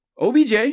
OBJ